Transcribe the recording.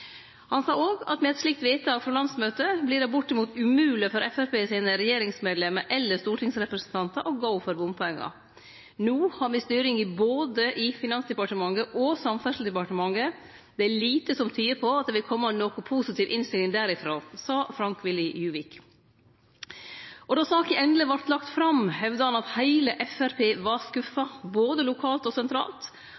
Han sa òg at med eit slikt vedtak frå landsmøtet vert det bortimot umogleg for regjeringsmedlemer eller stortingsrepresentantar frå Framstegspartiet å gå inn for bompengar: «No har vi styringa i både Finansdepartementet og Samferdsledepartementet. Det er lite som tyder på at det vil kome noko positiv innstilling derifrå.» Det sa Frank Willy Djuvik. Og då saka endeleg vart lagd fram, hevda han at heile Framstegspartiet var skuffa